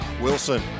Wilson